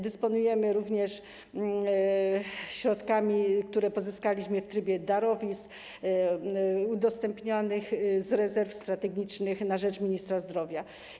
Dysponujemy również środkami, które pozyskaliśmy w trybie darowizn, udostępnianymi z rezerw strategicznych na rzecz ministra zdrowia.